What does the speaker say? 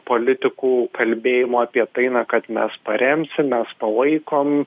politikų kalbėjimo apie tai na kad mes paremsim mes palaikom